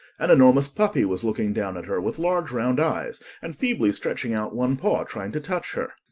an enormous puppy was looking down at her with large round eyes, and feebly stretching out one paw, trying to touch her.